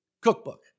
cookbook